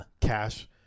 Cash